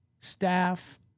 staff